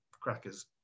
crackers